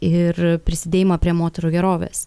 ir prisidėjimą prie moterų gerovės